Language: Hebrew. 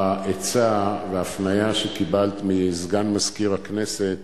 העצה וההפניה שקיבלת מסגן מזכיר הכנסת